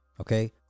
okay